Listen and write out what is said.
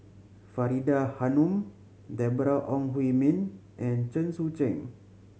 Faridah Hanum Deborah Ong Hui Min and Chen Sucheng